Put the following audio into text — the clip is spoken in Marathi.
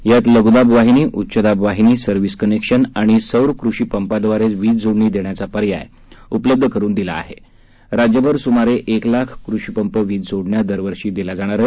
त्यामध्ये लघूदाब वाहिनी उच्चदाब वाहिनी सर्विस कनेक्शन आणि सौर कृषीपंपाव्दारे वीज जोडणी देण्याचा पर्याय उपलब्ध करून देण्यात आला असून राज्यभर सुमारे एक लाख कृषीपंप वीज जोडण्या दरवर्षी दिल्या जाणार आहेत